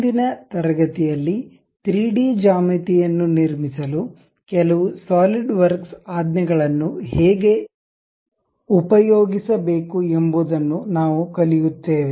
ಇಂದಿನ ತರಗತಿಯಲ್ಲಿ 3D ಜ್ಯಾಮಿತಿಯನ್ನು ನಿರ್ಮಿಸಲು ಕೆಲವು ಸಾಲಿಡ್ವರ್ಕ್ಸ್ ಆಜ್ಞೆಗಳನ್ನು ಹೇಗೆ ಉಪಯೋಗಿಸಬೇಕು ಎಂಬುದನ್ನು ನಾವು ಕಲಿಯುತ್ತೇವೆ